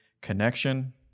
connection